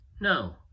No